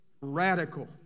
Radical